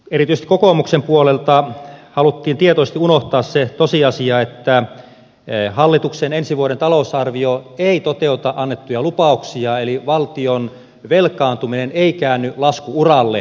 erityisesti kokoomuksen puolelta haluttiin tietoisesti unohtaa se tosiasia että hallituksen ensi vuoden talousarvio ei toteuta annettuja lupauksia eli valtion velkaantuminen ei käänny lasku uralle